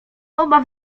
oba